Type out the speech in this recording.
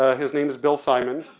ah his name is bill simon,